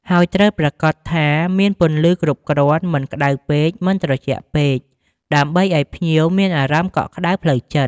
ហើយត្រូវប្រាកដថាមានពន្លឺគ្រប់គ្រាន់ មិនក្តៅពេក មិនត្រជាក់ពេក ដើម្បីឱ្យភ្ញៀវមានអារម្មណ៍កក់ក្តៅផ្លូវចិត្ត។